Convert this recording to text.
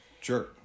Sure